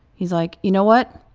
he's like, you know what?